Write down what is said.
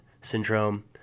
syndrome